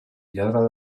lladra